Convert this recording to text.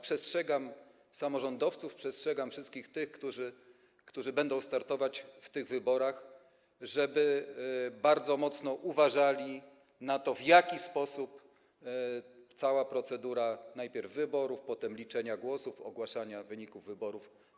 Przestrzegam samorządowców, przestrzegam wszystkich tych, którzy będą startować w tych wyborach, żeby bardzo mocno uważali na to, w jaki sposób będzie przebiegała cała procedura - najpierw wyborów, potem liczenia głosów i ogłaszania wyników wyborów.